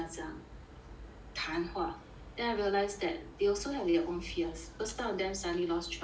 谈话 then I realize that they also have their own fears because some of them suddenly lost job